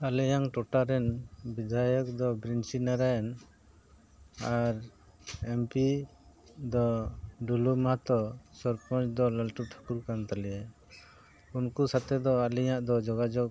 ᱟᱞᱮᱭᱟᱜ ᱴᱚᱴᱷᱟ ᱨᱮᱱ ᱵᱤᱫᱟᱭᱚᱠ ᱫᱚ ᱵᱨᱤᱧᱪᱤ ᱱᱟᱨᱟᱭ ᱟᱨ ᱮᱢ ᱯᱤ ᱫᱚ ᱰᱩᱞᱩ ᱢᱟᱦᱛᱚ ᱥᱚᱨᱯᱚᱪ ᱫᱚ ᱞᱟᱞᱴᱩ ᱴᱷᱟᱹᱠᱩᱨ ᱠᱟᱱ ᱛᱟᱞᱮᱭᱟ ᱩᱱᱠᱩ ᱥᱟᱛᱮ ᱫᱚ ᱟᱹᱞᱤᱧᱟᱜ ᱫᱚ ᱡᱳᱜᱟᱡᱳᱜᱽ